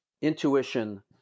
intuition